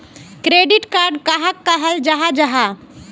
Credit card कहाक कहाल जाहा जाहा?